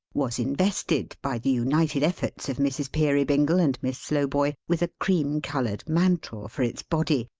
was invested, by the united efforts of mrs. peerybingle and miss slowboy, with a cream-coloured mantle for its body,